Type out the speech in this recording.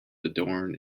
adorn